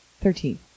Thirteen